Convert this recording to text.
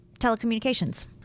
telecommunications